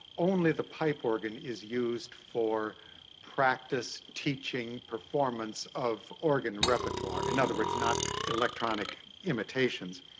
only the pipe organ is used for practice, teaching, performance of organ repertoire. in other words, not electronic imitations.